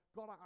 God